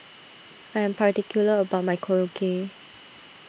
I am particular about my Korokke